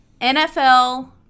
NFL